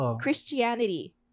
christianity